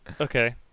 Okay